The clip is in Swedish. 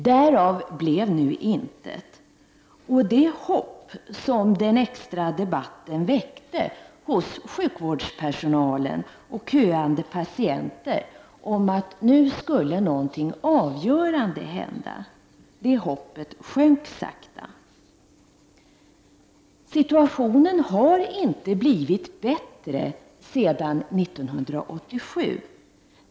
Därav blev intet, och det hopp som den extra debatten väckte hos sjukvårdspersonal och köande patienter om att något avgörande skulle hända sjönk sakta. Situationen har inte blivit bättre sedan 1987.